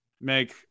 make